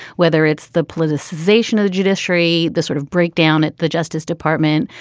whether it's the politicization of the judiciary, the sort of breakdown at the justice department,